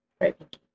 Right